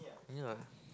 ya